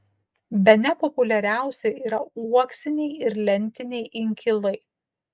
bene populiariausi yra uoksiniai ir lentiniai inkilai